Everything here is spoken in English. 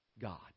God